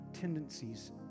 tendencies